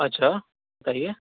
اچھا کہیے